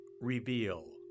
reveal